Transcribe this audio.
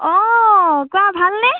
অ কোৱা ভালনে